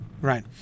right